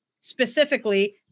specifically